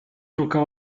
encore